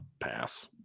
pass